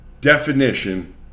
Definition